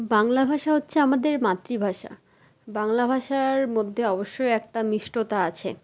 বাংলা ভাষা হচ্ছে আমাদের মাতৃভাষা বাংলা ভাষার মধ্যে অবশ্যই একটা মিষ্টতা আছে